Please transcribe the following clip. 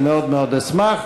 אני מאוד מאוד אשמח,